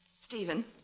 Stephen